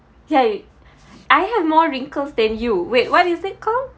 ya you I have more wrinkles than you wait what is it called